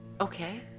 Okay